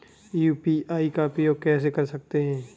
UPI का उपयोग कैसे कर सकते हैं?